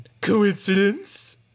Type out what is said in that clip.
Coincidence